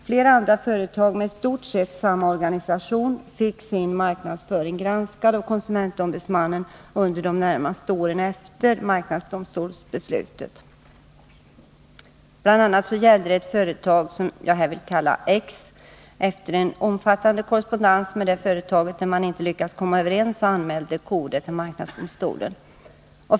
Flera andra företag med i stort sett samma organisation fick sin marknadsföring granskad av konsumentombudsmannen under de närmaste åren efter marknadsdomstolsbeslutet 1973. Bl. a. gällde det ett företag som jag här vill kalla X. Efter en omfattande korrespondens med företaget, där man inte lyckades komma överens, anmälde KO företaget till marknadsdomstolen.